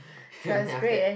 then after that